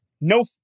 No